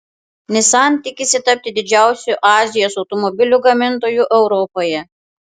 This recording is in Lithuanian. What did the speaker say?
nissan tikisi tapti didžiausiu azijos automobilių gamintoju europoje